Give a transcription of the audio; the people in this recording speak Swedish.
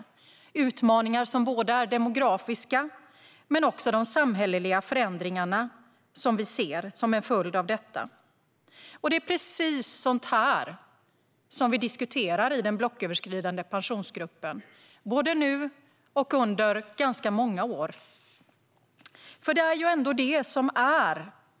Det handlar om demografiska utmaningar men också om de samhälleliga förändringar vi ser som en följd av detta. Det är precis sådant här vi diskuterar i den blocköverskridande Pensionsgruppen, både nu och under ganska många år.